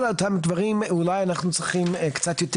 כל אותם דברים אנחנו צריכים קצת יותר